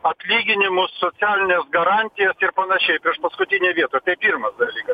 atlyginimus socialines garantijas ir panašiai priešpaskutinėj vietoj tai pirmas dalykas